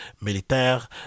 Militaire